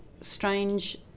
strange